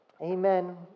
Amen